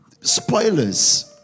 Spoilers